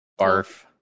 barf